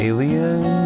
Alien